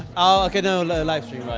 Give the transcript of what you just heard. oh, okay, no live stream,